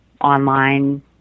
Online